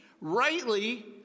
rightly